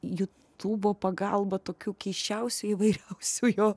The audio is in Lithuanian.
jutubo pagalba tokių keisčiausių įvairiausių jo